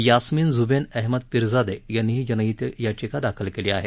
यास्मिन झुवेन अहमद पिरजादे यांनी ही जनहित याचिका दाखल केली आहे